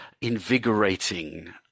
invigorating